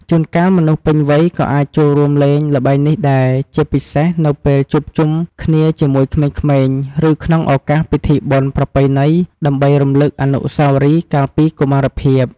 ជួនកាលមនុស្សពេញវ័យក៏អាចចូលរួមលេងល្បែងនេះដែរ ជាពិសេសនៅពេលជួបជុំគ្នាជាមួយក្មេងៗ ឬក្នុងឱកាសពិធីបុណ្យប្រពៃណី ដើម្បីរំលឹកអនុស្សាវរីយ៍កាលពីកុមារភាព។